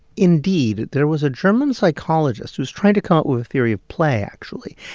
indeed, there was a german psychologist who was trying to come up with a theory of play actually,